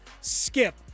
skip